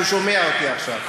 הוא שומע אותי עכשיו.